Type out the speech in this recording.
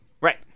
Right